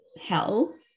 hell